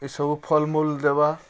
ଇ ସବୁ ଫଲ୍ମୂଲ୍ ଦେବା